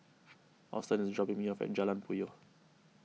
Auston is dropping me off at Jalan Puyoh